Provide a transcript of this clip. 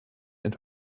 and